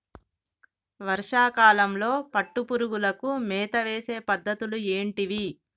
వర్షా కాలంలో పట్టు పురుగులకు మేత వేసే పద్ధతులు ఏంటివి?